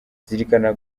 zirikana